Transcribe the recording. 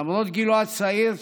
למרות גילו הצעיר,